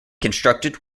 constructed